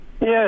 Yes